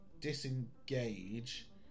disengage